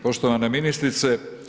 Poštovana ministrice.